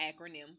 acronym